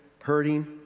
hurting